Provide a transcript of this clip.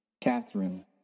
Catherine